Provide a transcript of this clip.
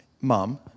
mom